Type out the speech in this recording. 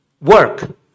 Work